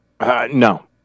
No